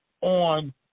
on